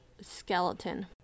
skeleton